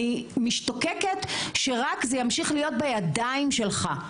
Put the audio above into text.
אני משתוקקת שרק זה ימשיך להיות בידיים שלך,